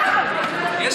ממשלת ההבהרות.